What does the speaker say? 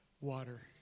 water